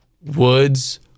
Woods